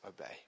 obey